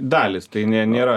dalys tai ne nėra